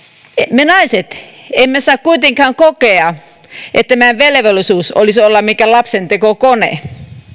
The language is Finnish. me naiset emme saa kuitenkaan kokea että meidän velvollisuutemme olisi olla mikään lapsentekokone